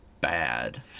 bad